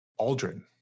aldrin